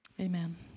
Amen